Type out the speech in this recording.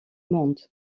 monde